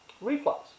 reflux